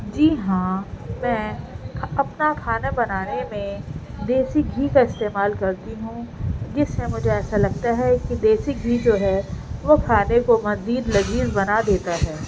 جی ہاں میں اب کب کا کھانا بنانے میں دیسی گھی کا استعمال کرتی ہوں جس سے مجھے ایسا لگتا ہے کہ دیسی گھی جو ہے وہ کھانے کو مزید لذیذ بنا دیتا ہے